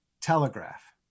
Telegraph